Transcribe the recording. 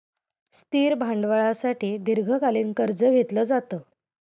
स्थिर भांडवलासाठी दीर्घकालीन कर्ज घेतलं जातं